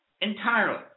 entirely